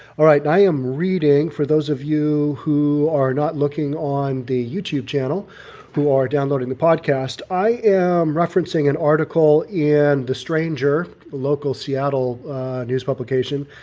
alright, i am reading for those of you who are not looking on the youtube channel who are are downloading the podcast i am referencing an article in the stranger local seattle news publication.